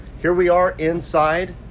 here we are inside